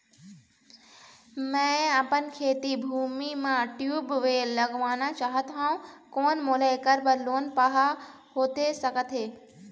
मैं अपन खेती भूमि म ट्यूबवेल लगवाना चाहत हाव, कोन मोला ऐकर बर लोन पाहां होथे सकत हे?